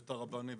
את הרבנים,